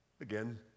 again